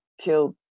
killed